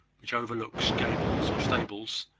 which overlooks gables or stables,